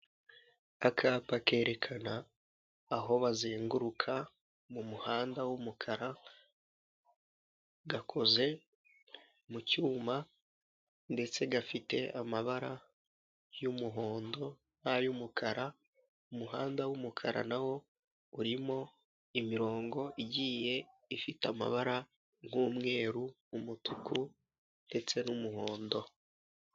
Akapa kerekana aho bazenguruka mu muhanda w'umukara, gakoze mu cyuma, ndetse gafite amabara y'umuhondo n'ay'umukara. Umuhanda w'umukara na wo urimo imirongo igiye ifite amabara nk'umweru umutuku ndetse n'umuhondo.